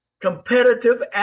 competitive